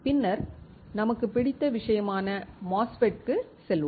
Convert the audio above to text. பின்னர் நமக்கு பிடித்த விஷயமான MOSFET க்கு செல்வோம்